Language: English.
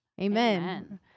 Amen